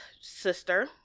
sister